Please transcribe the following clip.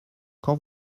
quand